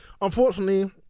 unfortunately